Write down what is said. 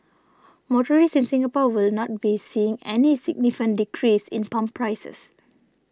motorists in Singapore will not be seeing any significant decrease in pump prices